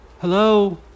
Hello